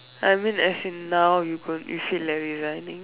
I mean as in now you going you feel like resigning